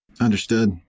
Understood